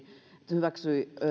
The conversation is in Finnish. hyväksyi